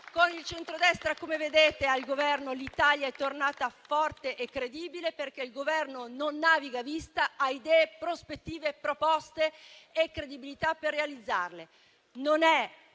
Con il centrodestra al Governo, come vedete, l'Italia è tornata forte e credibile, perché il Governo non naviga a vista, ma ha idee, prospettive, proposte e credibilità per realizzarle. Non è